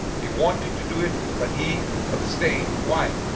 he wanted to do it. but he abstained. why?